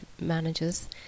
managers